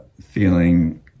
feeling